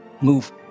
move